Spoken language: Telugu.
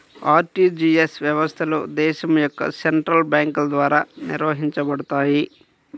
ఆర్టీజీయస్ వ్యవస్థలు దేశం యొక్క సెంట్రల్ బ్యేంకుల ద్వారా నిర్వహించబడతయ్